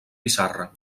pissarra